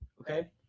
Okay